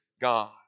God